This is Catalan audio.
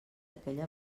aquella